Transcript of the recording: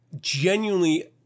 genuinely